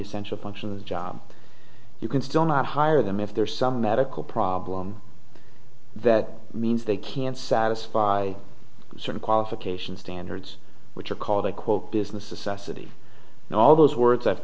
essential function of job you can still not hire them if there's some medical problem that means they can't satisfy certain qualifications standards which are called a quote business a subsidy and all those words i've